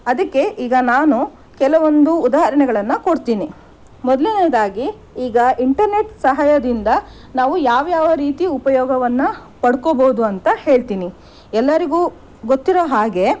ಅದಕ್ಕೆ ಈಗ ನಾನು ಕೆಲವೊಂದು ಉದಾಹರಣೆಗಳನ್ನು ಕೊಡ್ತೀನಿ ಮೊದಲನೆಯದಾಗಿ ಈಗ ಇಂಟರ್ನೆಟ್ ಸಹಾಯದಿಂದ ನಾವು ಯಾವ್ಯಾವ ರೀತಿ ಉಪಯೋಗವನ್ನು ಪಡ್ಕೋಬೋದು ಅಂತ ಹೇಳ್ತೀನಿ ಎಲ್ಲರಿಗೂ ಗೊತ್ತಿರೋ ಹಾಗೆ